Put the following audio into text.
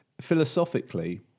philosophically